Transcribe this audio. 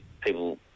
people